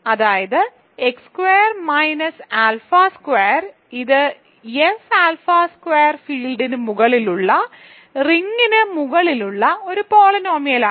അതായത് x squared minus alpha square ഇത് F alpha squared ഫീൽഡിന് മുകളിലുള്ള റിംഗിന് മുകളിലുള്ള ഒരു പോളിനോമിയലാണ്